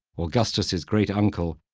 augustus's great uncle,